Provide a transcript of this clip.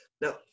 Now